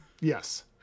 Yes